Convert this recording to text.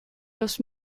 los